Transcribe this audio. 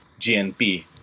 GNP